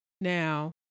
Now